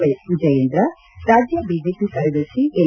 Y Vijayendra ರಾಜ್ಯ BJP ಕಾರ್ಯದರ್ಶಿ N